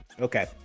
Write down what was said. Okay